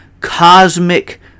cosmic